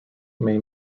may